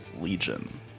Legion